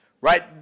Right